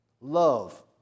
Love